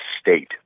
state